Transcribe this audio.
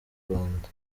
rwanda